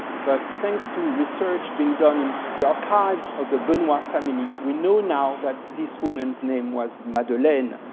but thanks to research being done in the archives of the benoit family, we know now that this woman's name was madeleine.